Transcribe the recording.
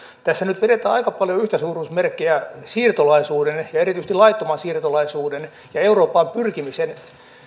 tässä nyt vedetään aika paljon yhtäsuuruusmerkkejä siirtolaisuuden ehkä erityisesti laittoman siirtolaisuuden ja eurooppaan pyrkimisen